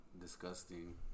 disgusting